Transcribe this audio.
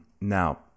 Now